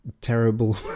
Terrible